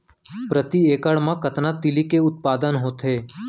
प्रति एकड़ मा कतना तिलि के उत्पादन होथे?